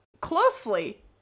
closely